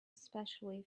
especially